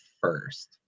first